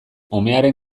umearen